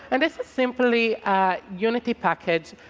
and this is simply a unity package.